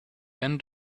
end